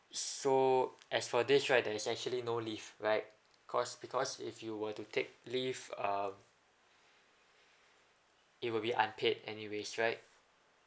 so as for this right there is actually no leave right cause because if you were to take leave um it will be unpaid anyways right